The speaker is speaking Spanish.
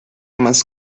más